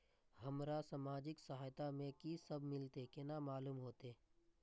हमरा सामाजिक सहायता में की सब मिलते केना मालूम होते?